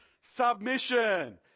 Submission